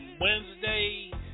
Wednesday